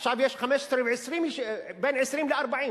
ועכשיו יש בין 20 ל-40,